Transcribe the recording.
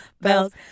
bells